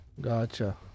Gotcha